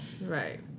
Right